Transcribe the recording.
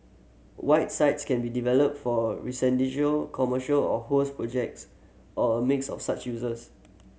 white sites can be developed for residential commercial or who's projects or a mix of such useers